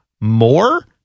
more